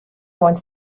wants